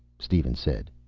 steven said.